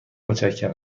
متشکرم